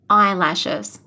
eyelashes